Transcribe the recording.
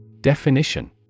Definition